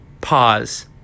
Pause